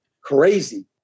crazy